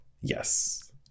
Yes